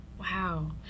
Wow